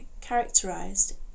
characterized